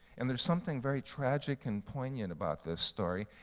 and there's something very tragic and poignant about this story.